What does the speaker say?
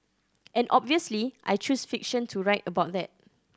and obviously I choose fiction to write about that